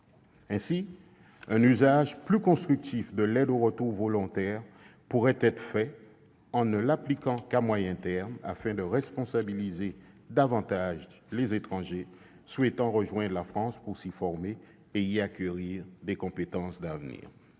Ainsi, un usage plus constructif de l'aide au retour volontaire pourrait être fait, en ne l'appliquant qu'à moyen terme, afin de responsabiliser davantage les étrangers souhaitant rejoindre la France pour s'y former et y acquérir des compétences d'avenir.